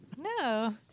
No